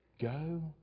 Go